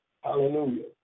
Hallelujah